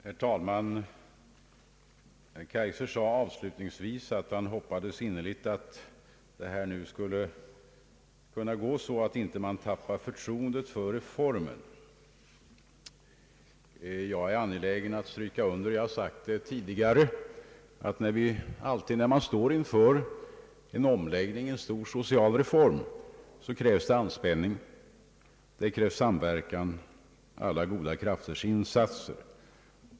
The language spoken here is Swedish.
Herr talman! Herr Kaijser nämnde avslutningsvis att han innerligt hoppades att det skulle gå så att man inte tappade förtroendet för reformen. Jag är angelägen att stryka under — jag har gjort det tidigare — att alltid när man står inför en stor social reform krävs det anspänning, samverkan och alla goda krafters insatser.